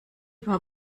war